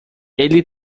ele